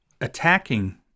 attacking